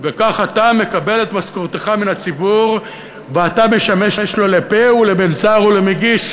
וכך אתה מקבל את משכורתך מן הציבור ואתה משמש לו לפה ולמלצר ולמגיש,